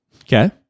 Okay